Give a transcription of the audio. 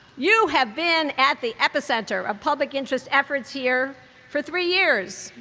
you have been at the epicenter of public interest efforts here for three years.